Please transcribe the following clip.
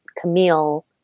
Camille